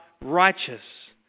righteous